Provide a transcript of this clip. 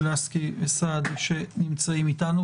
לסקי וסעדי שנמצאים איתנו,